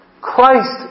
Christ